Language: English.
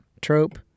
trope